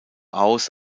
aus